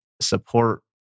support